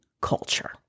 culture